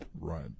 Right